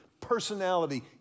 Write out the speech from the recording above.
personality